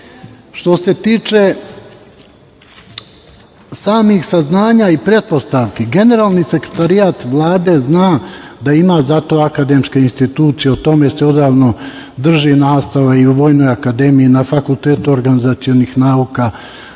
se tiče samih saznanja i pretpostavki Generalni sekretarijat Vlade zna da ima zato akademske institucije o tome se odavno drži nastava i u Vojnoj akademiji, na FON, nekoliko ljudi bi